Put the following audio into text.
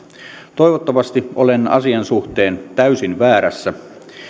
toivottavasti olen asian suhteen täysin väärässä